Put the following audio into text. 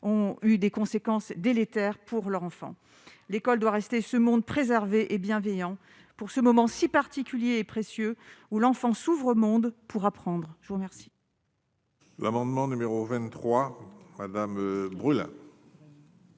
ont eu des conséquences délétères pour leur enfant l'école doit rester ce monde et bienveillant pour ce moment si particulier précieux où l'enfant s'ouvre au monde pour apprendre, je vous remercie. L'amendement numéro 23 madame me